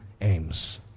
aims